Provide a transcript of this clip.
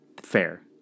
Fair